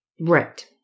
right